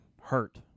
hurt